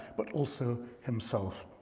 but also himself.